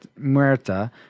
Muerta